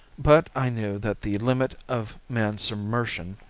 but i knew that the limit of man's submersion,